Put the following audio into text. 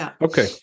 okay